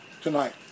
tonight